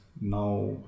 now